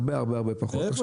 הרבה-הרבה פחות.